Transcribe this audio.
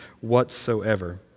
whatsoever